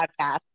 podcast